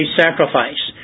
sacrifice